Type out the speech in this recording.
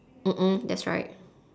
mm mm that's right